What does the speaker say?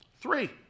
Three